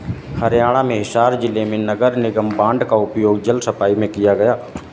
हरियाणा में हिसार जिले में नगर निगम बॉन्ड का उपयोग जल सफाई में किया गया